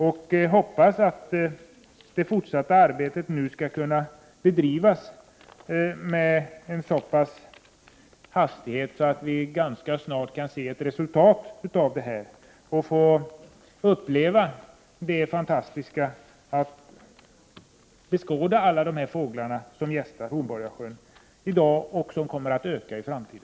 Jag hoppas att det fortsatta arbetet skall kunna bedrivas så pass snabbt att vi ganska snart kan se ett resultat och få uppleva det fantastiska med att beskåda alla fåglar som i dag gästar Hornborgasjön och som i framtiden kommer att öka i antal.